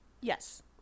Yes